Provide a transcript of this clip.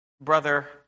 brother